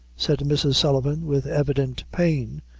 said mrs. sullivan, with evident pain,